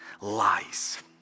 Lies